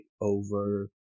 over